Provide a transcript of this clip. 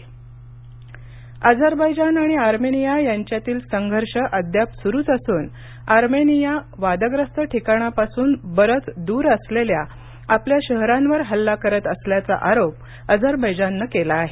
Azerbaijan Armenia संघर्ष Azerbaijan आणि Armenia यांच्यातील संघर्ष अद्याप सुरूच असून आर्मेनिया वादग्रस्त ठिकाणापासून बरंच दूर असलेल्या आपल्या शहरांवर हल्ला करत असल्याचा आरोप अझरबैजाननं केला आहे